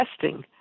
testing